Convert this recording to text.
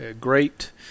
great